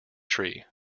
tree